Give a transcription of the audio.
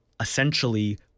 essentially